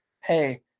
hey